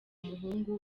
muhungu